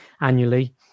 annually